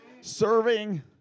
serving